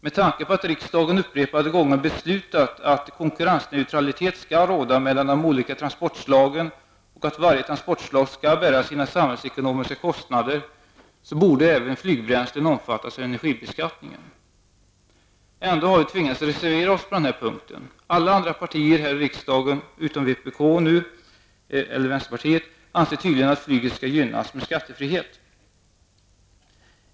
Med tanke på att riksdagen upprepade gånger beslutat att konkurrensneutralitet skall råda mellan de olika transportslagen och att varje transportslag skall bära sina samhällsekonomiska kostnader, så borde även flygbränslen omfattas av energibeskattningen. Ändå har vi tvingats reservera oss på den punkten. Alla andra partier här i riskdagen, utom vänsterpartiet, anser tydligen att flyget skall gynnas med skattefrihet.